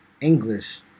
English